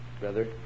Brother